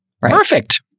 perfect